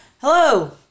hello